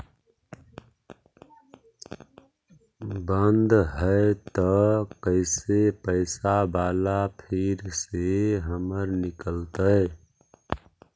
बन्द हैं त कैसे पैसा बाला फिर से हमर निकलतय?